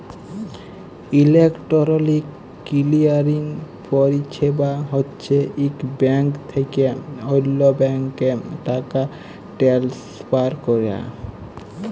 electronic clearing পরিছেবা হছে ইক ব্যাংক থ্যাইকে অল্য ব্যাংকে টাকা টেলেসফার ক্যরা